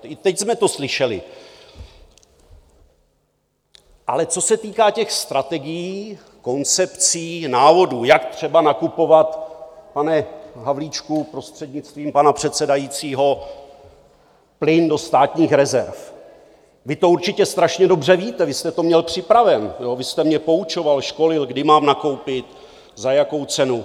I teď jsme to slyšeli, ale co se týká těch strategií, koncepcí, návodů, jak třeba nakupovat, pane Havlíčku prostřednictvím pana předsedajícího, plyn do státních rezerv, vy to určitě strašně dobře víte, vy jste to měl připravené, vy jste mě poučoval, školil, kdy mám nakoupit, za jakou cenu.